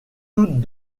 toutes